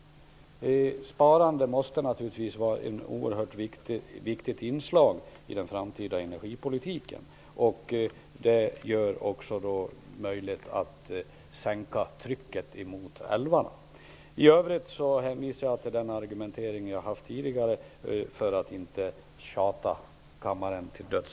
Sparande måste naturligtvis vara ett oerhört viktigt inslag i den framtida energipolitiken. Det gör det också möjligt att sänka trycket mot älvarna. I övrigt hänvisar jag till min tidigare argumentering, för att inte tjata kammaren till döds.